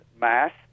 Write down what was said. mass